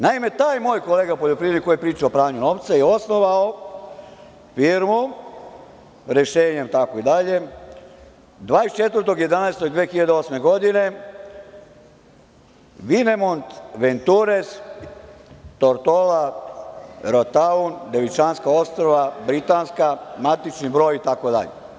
Naime, taj moj kolega poljoprivrednik koji priča o pranju novca je osnovao firmu, rešenjem itd, 24.11.2008. godine, „Vinemont ventures tortola rotaun“Devičanska ostrva, britanska, matični broj, itd.